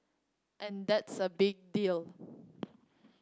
and that's a big deal